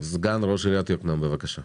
סגן ראש עיריית יקנעם, בבקשה.